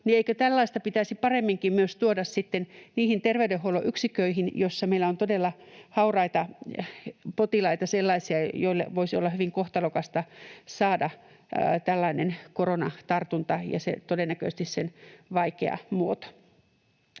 eikö tällaista pitäisi paremminkin myös tuoda sitten niihin terveydenhuollon yksiköihin, joissa meillä on todella hauraita potilaita, sellaisia, joille voisi olla hyvin kohtalokasta saada koronatartunta ja todennäköisesti sen vaikea muoto.